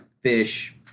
fish